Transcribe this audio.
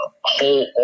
whole